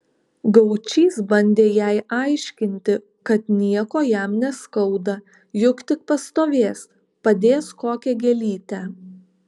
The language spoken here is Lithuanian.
gaučys bandė jai aiškinti kad nieko jam neskauda juk tik pastovės padės kokią gėlytę